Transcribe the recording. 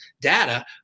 data